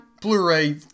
Blu-ray